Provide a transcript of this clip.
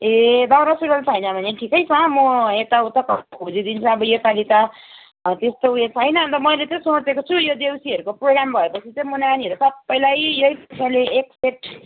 ए दौरा सुरुवाल छैन भने ठिकै छ म यताउता खोजिदिन्छु अब योपालि त त्यस्तो ऊ यो छैन मैले चाहिँ सोचेको छु यो देउसीहरूको प्रोग्राम भएपछि चाहिँ म नानीहरू सबैलाई यही पैसाले एक सेट